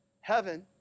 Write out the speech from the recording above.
Heaven